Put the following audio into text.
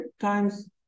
times